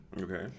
Okay